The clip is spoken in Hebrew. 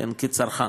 כצרכן.